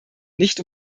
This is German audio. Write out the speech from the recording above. nicht